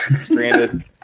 stranded